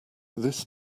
this